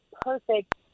perfect